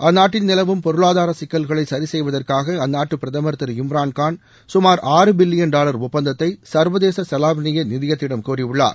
அந்நாட்டில் நிலவும் பொருளாதார சிக்கல்களை சரி செய்வதற்காக அந்நாட்டு பிரதமர் திரு இம்ரான்காள் கமார் ஆறு பில்லியன் டாலர் ஒப்பந்தத்தை சுர்வதேச செலாவணிய நிதியத்திடம் கோரியுள்ளார்